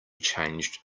changed